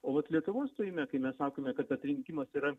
o vat lietuvos stojime kai mes sakome kad atrinkimas yra